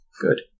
Good